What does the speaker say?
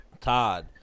Todd